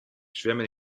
zwemmen